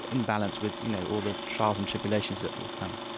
in balance with you know all the trials and tribulations that will come.